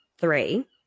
Three